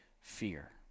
fear